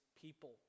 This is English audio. people